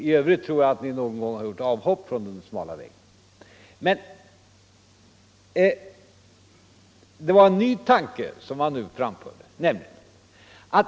I övrigt tror jag att ni någon gång har gjort avhopp från den smala vägen. Men det intressanta var en ny tanke som herr Fälldin nu förde fram.